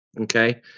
okay